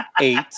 Eight